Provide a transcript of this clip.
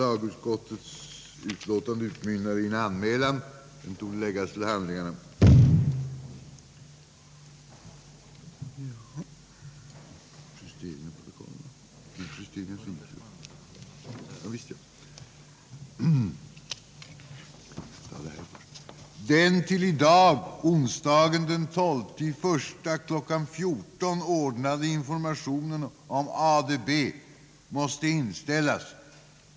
Den till i dag, onsdagen den 12 februari, kl. 14.00 ordnade informationen om ADB måste inställas.